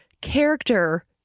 character